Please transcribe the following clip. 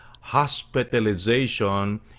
hospitalization